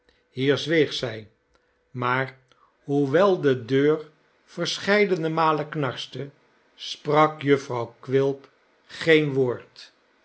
hier zweeg zij maar hoewel de deur verscheidene malen knarste sprak jufvrouw quilp geen woord